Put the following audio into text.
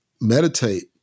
meditate